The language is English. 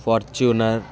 Fortuner